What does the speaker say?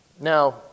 Now